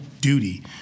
duty